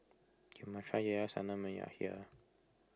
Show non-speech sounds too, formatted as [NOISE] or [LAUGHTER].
you must try [UNINTELLIGIBLE] Sanum when you are here